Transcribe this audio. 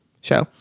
show